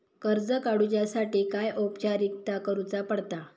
कर्ज काडुच्यासाठी काय औपचारिकता करुचा पडता?